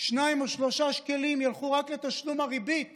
שניים או שלושה שקלים ילכו רק לתשלום הריבית